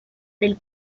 del